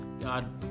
God